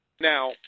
Now